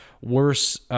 worse